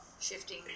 shifting